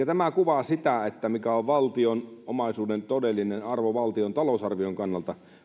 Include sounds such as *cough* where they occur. *unintelligible* tämä kuvaa sitä mikä on valtion omaisuuden todellinen arvo valtion talousarvion kannalta